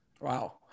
Wow